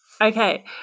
Okay